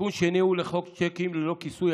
התיקון השני הוא לחוק שיקים ללא כיסוי,